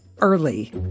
early